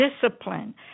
discipline